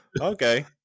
okay